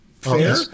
Fair